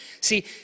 See